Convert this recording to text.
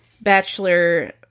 Bachelor